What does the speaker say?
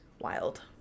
Wild